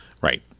Right